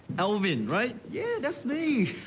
elvin, right? yeah, that's me.